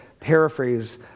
paraphrase